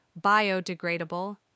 Biodegradable